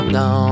no